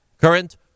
current